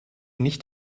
nicht